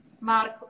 Marco